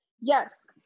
Yes